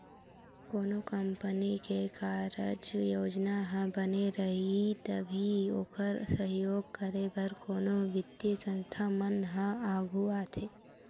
कोनो कंपनी के कारज योजना ह बने रइही तभी ओखर सहयोग करे बर कोनो बित्तीय संस्था मन ह आघू आथे